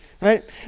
Right